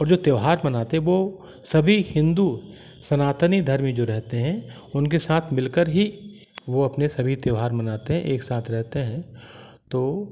और जो त्यौहार मनाते हैं वो सभी हिन्दू सनातनी धर्मी जो रहते हैं उनके साथ मिल कर ही वो अपने सभी त्यौहार मनाते हैं एक साथ रहते हैं तो